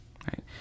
right